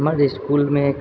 हमर जे इसकुलमे